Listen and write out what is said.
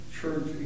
church